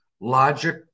logic